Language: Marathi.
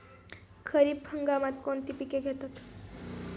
खरीप हंगामात कोणती पिके घेतात?